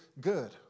good